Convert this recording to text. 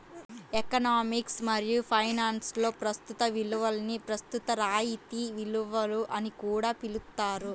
economics మరియు ఫైనాన్స్లో ప్రస్తుత విలువని ప్రస్తుత రాయితీ విలువ అని కూడా పిలుస్తారు